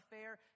fair